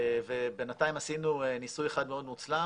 ובינתיים עשינו ניסוי אחד מאוד מוצלח